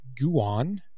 Guan